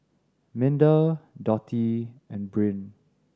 Minda Dotty and Bryn